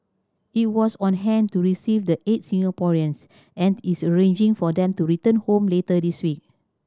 it was on hand to receive the eight Singaporeans and is arranging for them to return home later this week